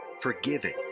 forgiving